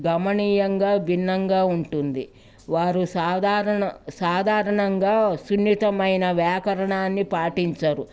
గమనీయంగా భిన్నంగా ఉంటుంది వారు సాధారణ సాధారణంగా సున్నితమైన వ్యాకరణాన్ని పాటించరు